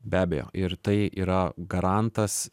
be abejo ir tai yra garantas